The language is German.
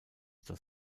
das